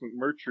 McMurtry